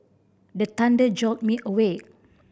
the thunder jolt me awake